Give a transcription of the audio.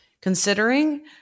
considering